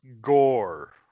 gore